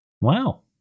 Wow